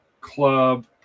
club